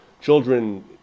children